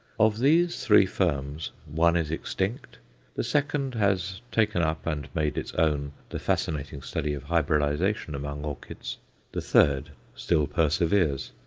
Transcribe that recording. of these three firms one is extinct the second has taken up, and made its own, the fascinating study of hybridization among orchids the third still perseveres.